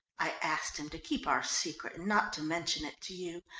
i asked him to keep our secret and not to mention it to you,